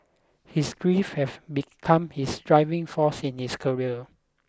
his grief have become his driving force in his career